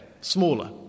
Smaller